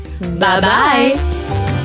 Bye-bye